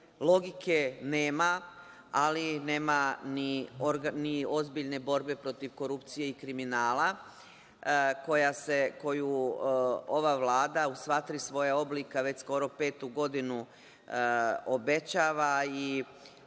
Logike nema, ali nema ni ozbiljne borbe protiv korupcije i kriminala, koju ova Vlada u sva tri svoja oblika već skoro petu godinu obećava i